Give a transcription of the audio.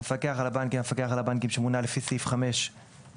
"המפקח על הבנקים" המפקח על הבנקים שמונה לפי סעיף 5 לפקודת